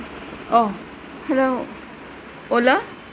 ओ hello Ola